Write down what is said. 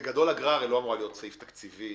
בגדול אגרה לא אמורה להיות סעיף תקציבי